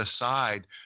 aside